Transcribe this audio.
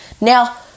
Now